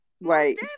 Right